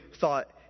thought